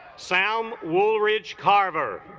sam woolridge carver